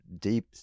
deep